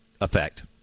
effect